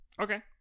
Okay